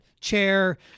chair